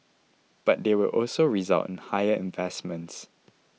but they will also result in higher investments